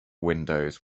windows